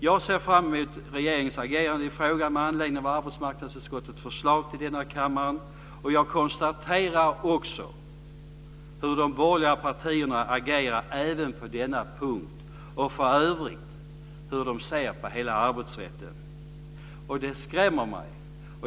Jag ser fram emot regeringens agerande i frågan med anledning av arbetsmarknadsutskottets förslag till kammaren. Jag konstaterar också hur de borgerliga partierna agerar även på denna punkt, och för övrigt hur de ser på hela arbetsrätten. Det skrämmer mig.